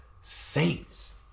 Saints